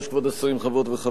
חברות וחברי הכנסת,